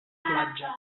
platja